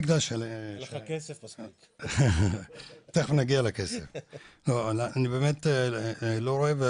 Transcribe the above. אני באמת לא רואה,